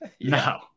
No